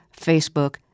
Facebook